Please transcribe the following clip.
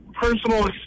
personal